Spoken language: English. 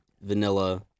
vanilla